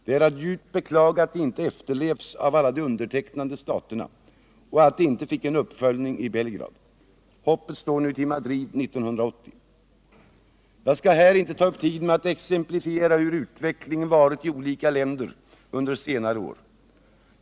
Det är att djupt beklaga att det inte efterlevts av alla de undertecknande staterna och att det inte fick en uppföljning i Belgrad. Hoppet står nu till Madrid 1980. Jag skall här inte ta upp tiden med att exemplifiera hur utvecklingen har gått i olika länder under senare år.